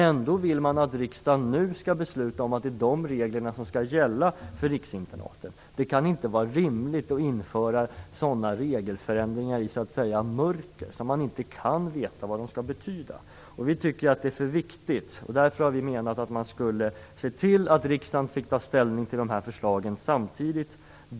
Ändå vill man att riksdagen nu skall besluta att det är de reglerna som skall gälla för riksinternaten. Det kan inte vara rimligt att införa sådana regelförändringar så att säga i mörker, så att man inte kan veta vad de skall betyda. Vi tycker att det här är för viktigt. Därför har vi menat att man skulle se till att riksdagen fick ta ställning till de här förslagen samtidigt.